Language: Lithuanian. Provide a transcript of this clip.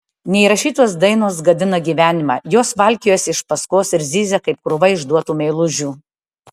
neįrašytos dainos gadina gyvenimą jos valkiojasi iš paskos ir zyzia kaip krūva išduotų meilužių